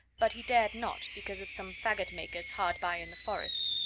but he dared not, because of some faggot-makers hard by in the forest.